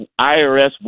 IRS